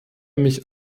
mich